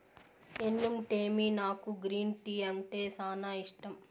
ఎన్నుంటేమి నాకు green tea అంటే సానా ఇష్టం